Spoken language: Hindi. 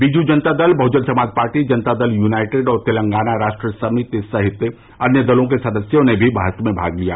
बीजू जनता दल बहुजन समाज पार्टी जनता दल यूनाइटेड और तेलंगाना राष्ट्र समिति सहित अन्य दलों के सदस्यों ने भी बहस में भाग लिया